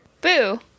Boo